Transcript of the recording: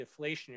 deflationary